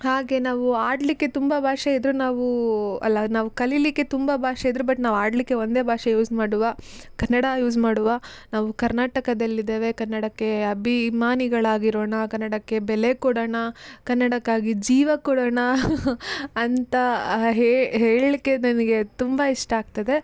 ಹಾಗೇ ನಾವು ಆಡಲಿಕ್ಕೆ ತುಂಬ ಭಾಷೆ ಇದ್ದರೂ ನಾವು ಅಲ್ಲ ನಾವು ಕಲೀಲಿಕ್ಕೆ ತುಂಬ ಭಾಷೆ ಇದ್ದರೂ ಬಟ್ ನಾವು ಆಡಲಿಕ್ಕೆ ಒಂದೇ ಭಾಷೆ ಯೂಸ್ ಮಾಡುವ ಕನ್ನಡ ಯೂಸ್ ಮಾಡುವ ನಾವು ಕರ್ನಾಟಕದಲ್ಲಿದ್ದೇವೆ ಕನ್ನಡಕ್ಕೆ ಅಭಿಮಾನಿಗಳಾಗಿರೋಣ ಕನ್ನಡಕ್ಕೆ ಬೆಲೆ ಕೊಡೋಣ ಕನ್ನಡಕ್ಕಾಗಿ ಜೀವ ಕೊಡೋಣ ಅಂತ ಹೇಳಲಿಕ್ಕೆ ನನಗೆ ತುಂಬ ಇಷ್ಟ ಆಗ್ತದೆ